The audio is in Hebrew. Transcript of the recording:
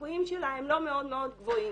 הסיכויים שלה הם לא מאד מאוד גבוהים.